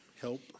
help